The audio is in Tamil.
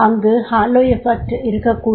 அங்கு ஹேலோ எஃபெக்ட் இருக்கக்கூடும்